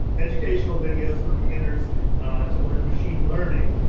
educational videos for beginners to learn machine learning.